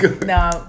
No